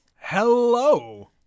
Hello